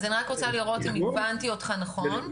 אז אני רק רוצה לראות אם הבנתי אותך נכון,